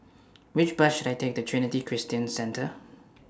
Which Bus should I Take to Trinity Christian Centre